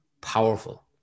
powerful